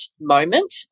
moment